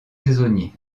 saisonniers